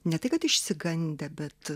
ne tai kad išsigandę bet